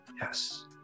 yes